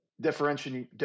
differentiating